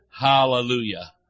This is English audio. Hallelujah